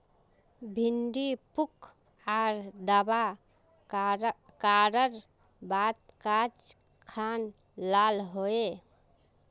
भिन्डी पुक आर दावा करार बात गाज खान लाल होए?